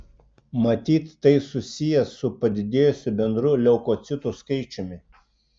matyt tai susiję su padidėjusiu bendru leukocitų skaičiumi